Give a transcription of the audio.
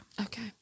Okay